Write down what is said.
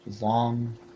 long